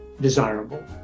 desirable